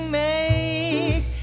make